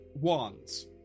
wands